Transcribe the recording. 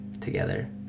together